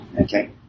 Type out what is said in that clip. Okay